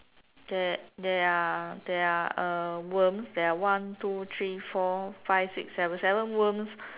there there are there are uh worms there are one two three four five six seven seven worms